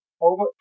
over